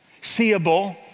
seeable